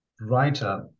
writer